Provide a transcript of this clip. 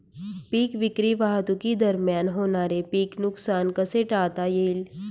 पीक विक्री वाहतुकीदरम्यान होणारे पीक नुकसान कसे टाळता येईल?